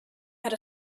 had